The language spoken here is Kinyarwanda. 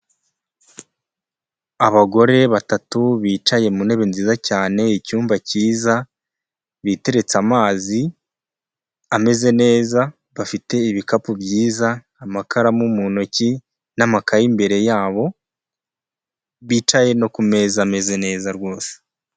Abagore batatu bicaye mu ntebe nziza cyane, icyumba cyiza, biteretse amazi ameze neza, bafite ibikapu byiza, amakaramu mu ntoki n'amakaye imbere yabo, bicaye no ku meza ameze neza rwose.